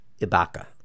Ibaka